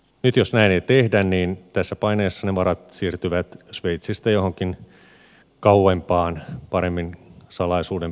nyt jos näin ei tehdä niin tässä paineessa ne varat siirtyvät sveitsistä johonkin kauempaan paremmin salaisuuden pitävään veroparatiisiin